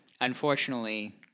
Unfortunately